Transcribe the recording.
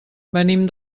venim